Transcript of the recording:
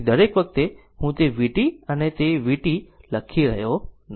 તેથી દરેક વખતે હું તે vt અને vt લખી રહ્યો નથી